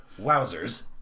wowzers